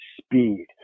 speed